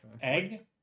Egg